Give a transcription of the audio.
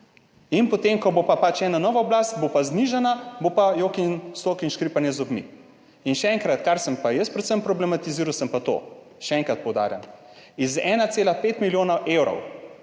in potem, ko bo pa pač ena nova oblast, bo pa znižana in bo jok in stok in škripanje z zobmi. Še enkrat, kar sem pa jaz predvsem problematiziral, sem pa to, še enkrat poudarjam – z 1,5 milijona evrov